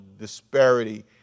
disparity